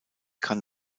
kann